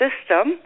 system